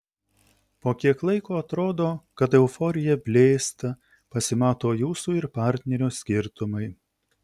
po kiek laiko atrodo kad euforija blėsta pasimato jūsų ir partnerio skirtumai